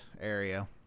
area